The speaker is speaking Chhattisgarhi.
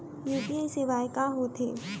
यू.पी.आई सेवाएं का होथे